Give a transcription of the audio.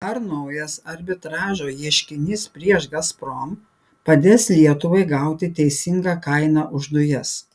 ar naujas arbitražo ieškinys prieš gazprom padės lietuvai gauti teisingą kainą už dujas